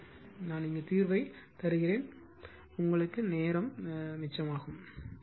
எனவே நான் இறுதி தீர்வை தருவேன் நேரம் உங்களுக்கு மிச்சமாகும்